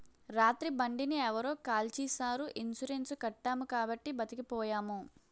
రాత్రి బండిని ఎవరో కాల్చీసారు ఇన్సూరెన్సు కట్టాము కాబట్టి బతికిపోయాము